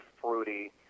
fruity